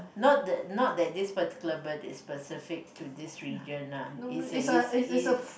not that not that this particular bird is specific to this region uh it's a it's it's